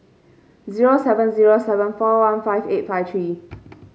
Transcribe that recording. zero seven zero seven four one five eight five three